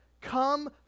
come